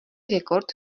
rekord